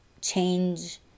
change